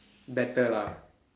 better lah